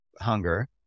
hunger